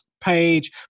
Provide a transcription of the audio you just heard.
page